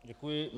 Děkuji.